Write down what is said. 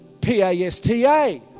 P-A-S-T-A